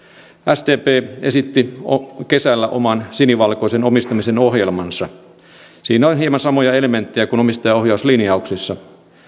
sdp esitti kesällä oman sinivalkoisen omistamisen ohjelmansa siinä on hieman samoja elementtejä kuin omistajaohjauslinjauksissa